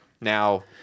now